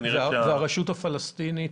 והרשות הפלסטינית,